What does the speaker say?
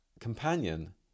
companion